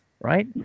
right